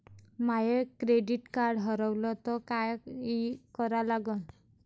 माय credit card हारवलं तर काय करा लागन?